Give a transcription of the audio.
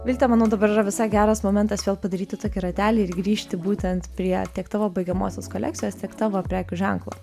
vilte manau dabar yra visai geras momentas vėl padaryti tokį ratelį ir grįžti būtent prie tiek tavo baigiamosios kolekcijos tiek tavo prekių ženklo